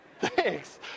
thanks